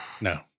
no